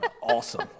Awesome